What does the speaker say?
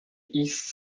east